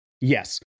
yes